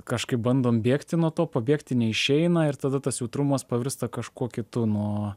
kažkaip bandom bėgti nuo to pabėgti neišeina ir tada tas jautrumas pavirsta kažkuo kitu nuo